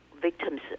victims